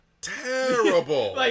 Terrible